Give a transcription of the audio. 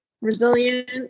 resilient